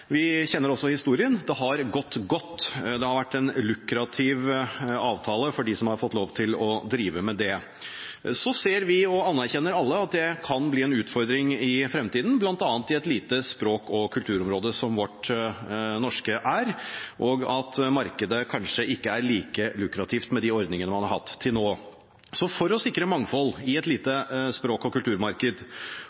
vi kjenner også historien: Det har gått godt, det har vært en lukrativ avtale for dem som har fått lov til å drive med det. Så ser vi – og anerkjenner alle – at det kan bli en utfordring i fremtiden, bl.a. i et lite språk- og kulturområde som det vårt norske er, og at markedet kanskje ikke er like lukrativt med de ordningene man har hatt til nå. Så for å sikre mangfold i et lite